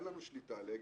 אין לנו שליטה על אגד.